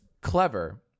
clever